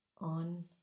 on